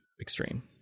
extreme